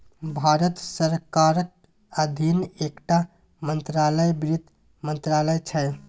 भारत सरकारक अधीन एकटा मंत्रालय बित्त मंत्रालय छै